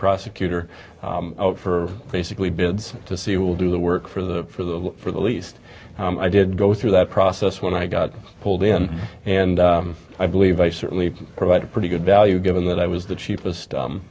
prosecutor out for basically bids to see who will do the work for the for the for the least i did go through that process when i got pulled in and i believe i certainly provide a pretty good value given that i was the cheapest